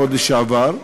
בחודש שעבר,